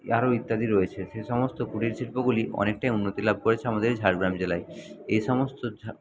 আরো ইত্যাদি রয়েছে সে সমস্ত কুটির শিল্পগুলি অনেকটাই উন্নতি লাব করেছে আমাদের ঝাড়গ্রাম জেলায় এই সমস্ত ঝাড়